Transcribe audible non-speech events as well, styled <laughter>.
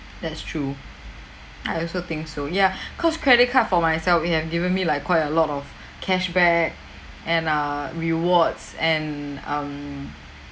that's true I also think so yeah <breath> cause credit card for myself it have given me like quite a lot of <breath> cashback and err rewards and um